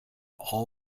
all